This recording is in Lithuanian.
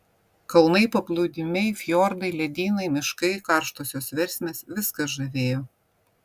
kalnai paplūdimiai fjordai ledynai miškai karštosios versmės viskas žavėjo